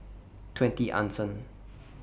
twenty Anson